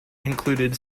included